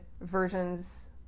versions